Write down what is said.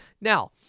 now